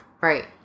right